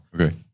Okay